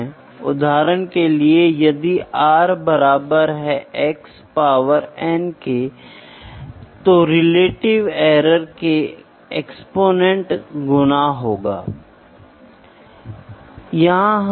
जब हम indirect measurement के बारे में बात करते हैं तो इस विधि में कई मापदंडों को सीधे मापा जाता है और फिर मूल्य गणितीय संबंधों द्वारा निर्धारित किया जाता है घनत्व जो मैंने पहले ही आपको बताया है